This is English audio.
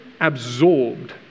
absorbed